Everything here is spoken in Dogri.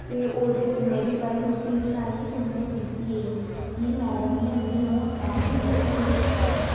ते ओह्दे च भाई में बी रुट्टी बनाई ते मे जित्ती आई ते फिर ओह् मैड़म नै मिगी ट्राफी दित्ती